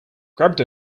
grabbed